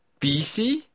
BC